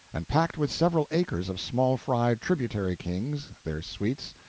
and packed with several acres of small-fry tributary kings, their suites,